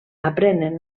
aprenen